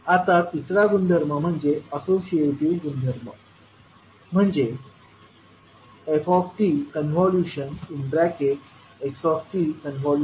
आता तिसरा गुणधर्म म्हणजे असोशीएटिव्ह गुणधर्म म्हणजे ftxtytftxtyt